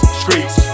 streets